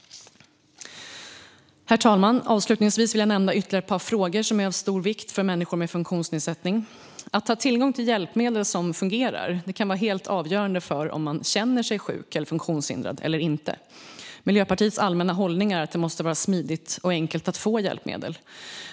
Herr talman! Jag vill nämna ytterligare ett par frågor som är av stor vikt för människor med funktionsnedsättning. Att ha tillgång till hjälpmedel som fungerar kan vara helt avgörande för om man känner sig sjuk eller funktionshindrad eller inte. Miljöpartiets allmänna hållning är att det måste vara smidigt och enkelt att få hjälpmedel.